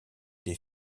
des